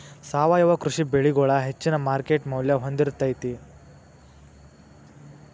ಸಾವಯವ ಕೃಷಿ ಬೆಳಿಗೊಳ ಹೆಚ್ಚಿನ ಮಾರ್ಕೇಟ್ ಮೌಲ್ಯ ಹೊಂದಿರತೈತಿ